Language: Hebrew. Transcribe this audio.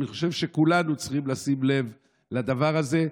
אני חושב שכולנו צריכים לשים לב לדבר הזה.